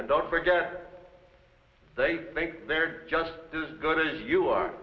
and don't forget they think they're just good if you are